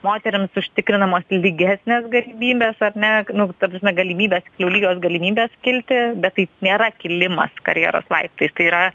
moterims užtikrinamos lygesnės galimybės ar ne nu ta prasme galimybės lygios galimybės kilti bet tai nėra kilimas karjeros laiptais tai yra